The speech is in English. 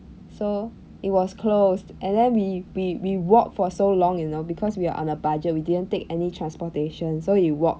so it was closed and then we we we walked for so long you know because we are on a budget we didn't take any transportation so we walked